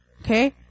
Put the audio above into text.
okay